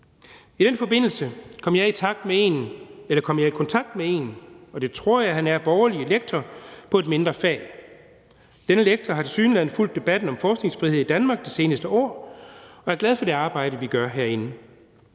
I den forbindelse kom jeg i kontakt med en, som jeg tror var borgerlig lektor på et mindre fag. Denne lektor har tilsyneladende fulgt debatten om forskningsfrihed i Danmark de seneste år og er glad for det arbejde, vi gør herinde.